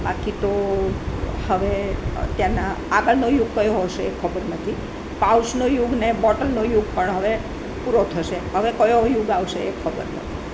બાકી તો હવે અત્યારના આગળનો યુગ કયો હશે એ ખબર નથી પાઉચનો યુગ અને બોટલનો યુગ પણ હવે પૂરો થશે હવે કયો યુગ આવશે એ ખબર નથી